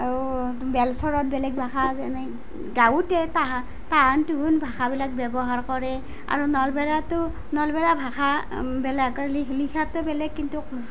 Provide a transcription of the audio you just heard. আৰু বেলশৰত বেলেগ ভাষা যেনে গাঁওতে তাহান তাহান তোহোন ভাষাবিলাক ব্যৱহাৰ কৰে আৰু নলবেৰীয়াতো নলবেৰীয়া ভাষা বেলেগ লিখাটো বেলেগ কিন্তু